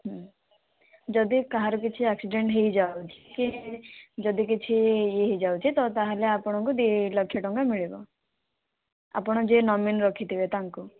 ଯଦି କାହାର କିଛି ଏକ୍ସିଡ଼େଣ୍ଟ ହେଇଯାଉଛି ଯଦି କିଛି ଇଏ ହେଇଯାଉଛି ତ ତାହେଲେ ଆପଣଙ୍କୁ ଦୁଇ ଲକ୍ଷ ଟଙ୍କା ମିଳିବ ଆପଣ ଯିଏ ନୋମିନୀ ରଖିଥିବେ ତାଙ୍କୁ